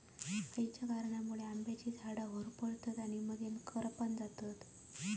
खयच्या कारणांमुळे आम्याची झाडा होरपळतत आणि मगेन करपान जातत?